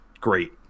great